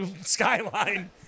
Skyline